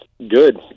Good